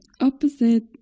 opposite